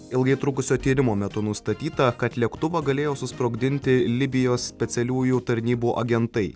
ilgai trukusio tyrimo metu nustatyta kad lėktuvą galėjo susprogdinti libijos specialiųjų tarnybų agentai